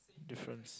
difference